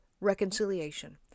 reconciliation